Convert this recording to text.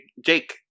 Jake